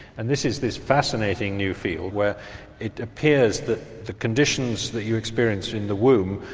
and this is this fascinating new field where it appears that the conditions that you experience in the womb,